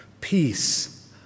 peace